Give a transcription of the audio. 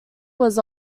was